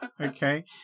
Okay